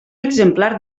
exemplar